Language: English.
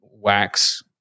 wax